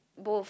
both